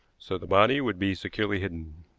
so the body would be securely hidden.